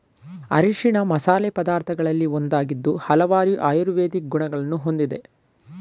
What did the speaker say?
ಅರಿಶಿಣ ಮಸಾಲೆ ಪದಾರ್ಥಗಳಲ್ಲಿ ಒಂದಾಗಿದ್ದು ಹಲವಾರು ಆಯುರ್ವೇದಿಕ್ ಗುಣಗಳನ್ನು ಹೊಂದಿದೆ